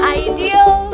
ideal